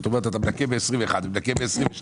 אתה מנקה ב-2021 ואתה מנקה ב-2022.